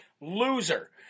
loser